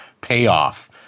payoff